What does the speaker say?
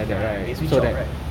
right they switch off right